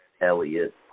Elliott